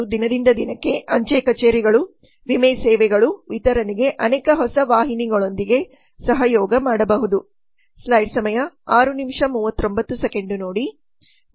ಅವರು ದಿನದಿಂದ ದಿನಕ್ಕೆ ಅಂಚೆಕಛೇರಿಗಳು ವಿಮೆ ಸೇವೆಗಳು ವಿತರನೆಗೆ ಅನೇಕ ಹೊಸ ವಾಹಿನಿಗಳೊಂದಿಗೆ ಸಹಯೋಗ ಮಾಡಬಹುದು